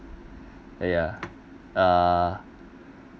ya uh